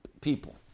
people